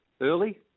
early